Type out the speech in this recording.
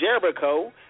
Jericho